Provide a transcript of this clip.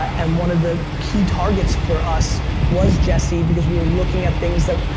and one of the key targets for us was jesse, because we were looking at things that,